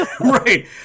right